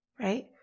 Right